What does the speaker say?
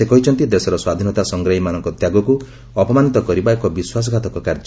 ସେ କହିଛନ୍ତି ଦେଶର ସ୍ୱାଧୀନତା ସଂଗ୍ରାମୀମାନଙ୍କ ତ୍ୟାଗକୁ ଅପମାନିତ କରିବା ଏକ ବିଶ୍ୱାସଘାତକ କାର୍ଯ୍ୟ